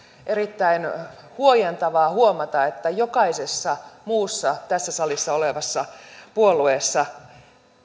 erittäin huojentavaa huomata että jokaisessa muussa tässä salissa olevassa puolueessa